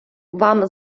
вам